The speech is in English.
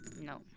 No